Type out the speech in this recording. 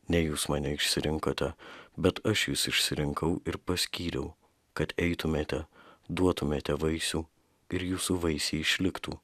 ne jūs mane išsirinkote bet aš jus išsirinkau ir paskyriau kad eitumėte duotumėte vaisių ir jūsų vaisiai išliktų